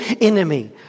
enemy